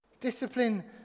Discipline